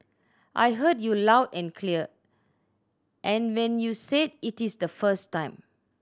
I heard you loud and clear and when you said it is the first time